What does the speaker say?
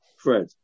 Fred